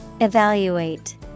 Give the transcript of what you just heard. Evaluate